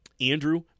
Andrew